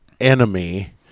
enemy